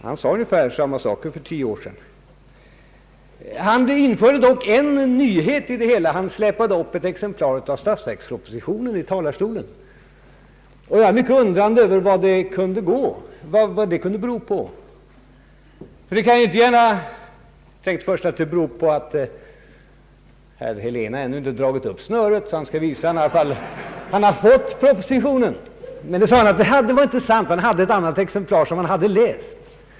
Han sade ungefär samma saker för tio år sedan. Herr Helén införde dock en nyhet i det hela. Han släpade upp ett exemplar av statsverkspropositionen i talarstolen. Jag undrade mycket över vad det skulle betyda. Jag tänkte först att det berodde på att herr Helén ännu inte dragit upp snöret omkring den men ville visa att han i alla fall fått propositionen. Men han sade att han hade ett annat exemplar som han läst.